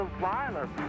violence